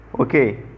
Okay